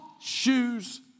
shoes